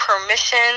permission